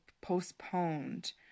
postponed